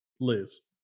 Liz